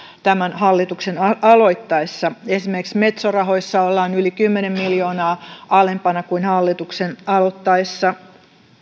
tämän hallituksen aloittaessa esimerkiksi metso rahoissa ollaan yli kymmenen miljoonaa alempana kuin hallituksen aloittaessa